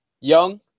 young